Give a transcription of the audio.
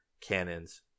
cannons